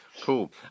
Cool